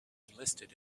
enlisted